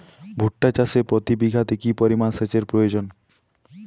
ভুট্টা চাষে প্রতি বিঘাতে কি পরিমান সেচের প্রয়োজন?